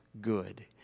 good